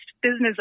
Business